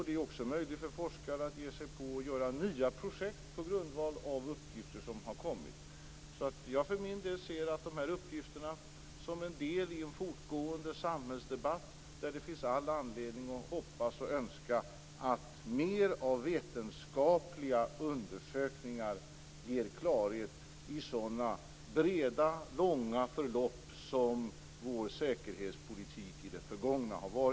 Det är också möjligt för forskare att ge sig på nya projekt på grundval av uppgifter som har kommit. Jag för min del ser dessa uppgifter som en del i en fortgående samhällsdebatt där det finns all anledning att hoppas och önska att fler vetenskapliga undersökningar ger klarhet i sådana långa förlopp som vår tidigare säkerhetspolitik utgör.